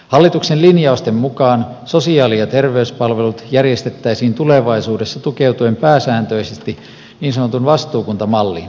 hallituksen linjausten mukaan sosiaali ja terveyspalvelut järjestettäisiin tulevaisuudessa tukeutuen pääsääntöisesti niin sanotun vastuukuntamalliin isäntäkuntamalliin